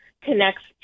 connects